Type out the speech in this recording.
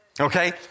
okay